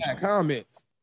Comments